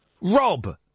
Rob